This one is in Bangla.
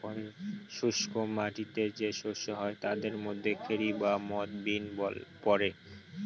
শুস্ক মাটিতে যে শস্য হয় তাদের মধ্যে খেরি বা মথ, বিন পড়ে